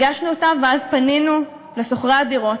הגשנו אותה ואז פנינו לשוכרי הדירות,